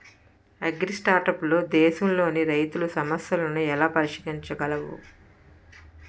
అగ్రిస్టార్టప్లు దేశంలోని రైతుల సమస్యలను ఎలా పరిష్కరించగలవు?